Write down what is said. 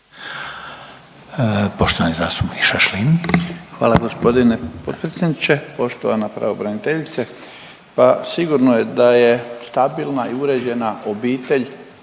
Stipan (HDZ)** Hvala gospodine potpredsjedniče. Poštovana pravobraniteljice pa sigurno je da je stabilna i uređena obitelj